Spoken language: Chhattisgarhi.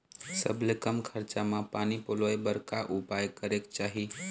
सबले कम खरचा मा पानी पलोए बर का उपाय करेक चाही?